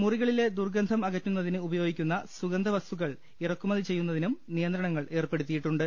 മുറികളിലെ ദൂർഗന്ധം അകറ്റുന്നതിന് ഉപയോഗിക്കുന്ന സുഗന്ധ വസ്തുക്കൾ ഇറക്കു മതി ചെയ്യുന്നതിനും നിയന്ത്രണങ്ങൾ ഏർപ്പെടുത്തിയിട്ടുണ്ട്